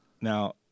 Now